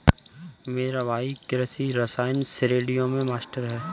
मेरा भाई कृषि रसायन श्रेणियों में मास्टर है